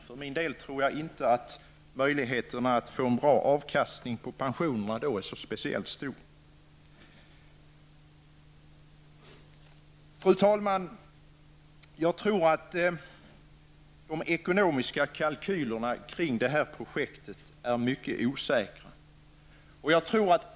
För min del tror jag inte att möjligheterna att få en bra avkastning på pensionskapitalet då är så speciellt stora. Fru talman! Jag tror att de ekonomiska kalkylerna kring detta projekt är mycket osäkra.